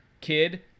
kid